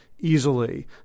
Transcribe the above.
Easily